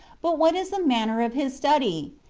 but what is the manner of his study?